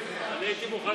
חבריי חברי הכנסת,